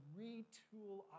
retool